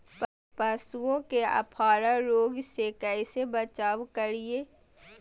पशुओं में अफारा रोग से कैसे बचाव करिये?